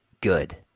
good